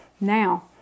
Now